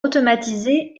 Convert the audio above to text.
automatisé